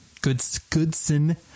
Goodson